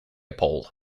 poll